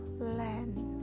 land